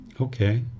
Okay